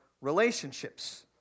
relationships